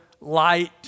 light